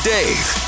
Dave